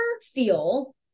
feel